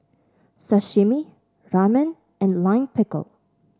Sashimi Ramen and Lime Pickle